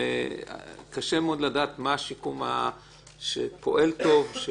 קשה מאוד לדעת מה השיקום שפועל טוב.